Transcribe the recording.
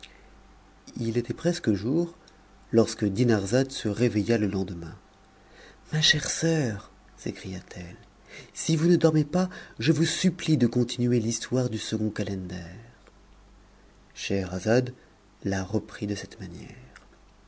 il était presque jour lorsque dinarzade se réveilla le lendemain ma chère soeur s'écria-t-elle si vous ne dormez pas je vous supplie de continuer l'histoire du second calender scheherazade la reprit de cette manière